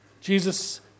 Jesus